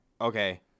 Okay